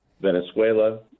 Venezuela